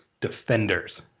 Defenders